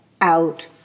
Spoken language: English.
out